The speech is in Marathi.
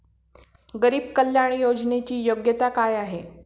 गरीब कल्याण योजनेची योग्यता काय आहे?